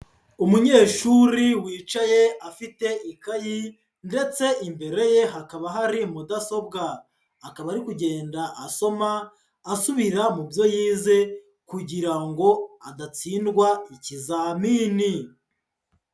Umunyeshuri wicaye afite ikayi ndetse imbere ye hakaba hari Mudasobwa, akaba ari kugenda asoma asubira mu byo yize kugira ngo adatsindwa ikizamini.